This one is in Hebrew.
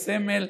הסמל,